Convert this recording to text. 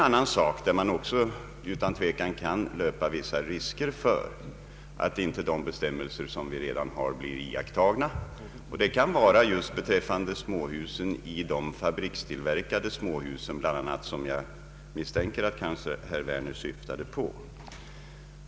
Vi löper utan tvivel vissa risker för att de bestämmelser vi har inte blir iakttagna, och det kan bl.a. gälla beträffande de fabrikstillverkade småhusen, vilka jag misstänker att herr Wer ner syftar på.